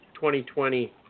2020